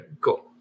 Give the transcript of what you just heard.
cool